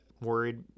worried